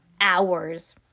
hours